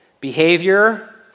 Behavior